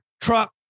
truck